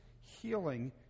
healing